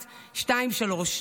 38.0123,